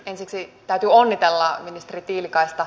ensiksi täytyy onnitella ministeri tiilikaista